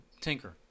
tinker